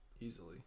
Easily